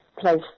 place